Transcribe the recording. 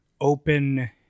open